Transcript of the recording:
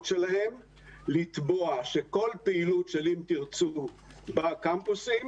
שלהם לתבוע שכל פעילות של "אם תרצו" בקמפוסים